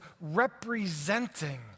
representing